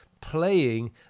playing